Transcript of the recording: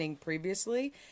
previously